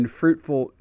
fruitful